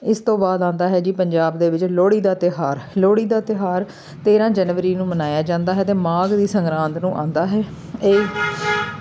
ਇਸ ਤੋਂ ਬਾਅਦ ਆਉਂਦਾ ਹੈ ਜੀ ਪੰਜਾਬ ਦੇ ਵਿੱਚ ਲੋਹੜੀ ਦਾ ਤਿਉਹਾਰ ਲੋਹੜੀ ਦਾ ਤਿਉਹਾਰ ਤੇਰਾਂ ਜਨਵਰੀ ਨੂੰ ਮਨਾਇਆ ਜਾਂਦਾ ਹੈ ਅਤੇ ਮਾਘ ਦੀ ਸੰਗਰਾਂਦ ਨੂੰ ਆਉਂਦਾ ਹੈ ਇਹ